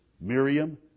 Miriam